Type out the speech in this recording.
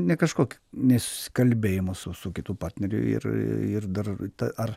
ne kažkokia nesusikalbėjimas su su kitu partneriu iiir ir dar ta ar